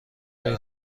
داری